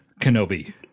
Kenobi